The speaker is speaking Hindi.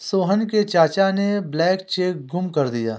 सोहन के चाचा ने ब्लैंक चेक गुम कर दिया